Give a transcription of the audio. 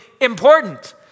important